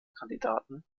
kandidaten